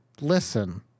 listen